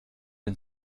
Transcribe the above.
den